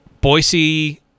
Boise